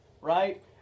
right